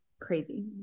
crazy